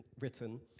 written